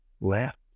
left